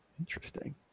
Interesting